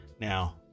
Now